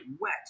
wet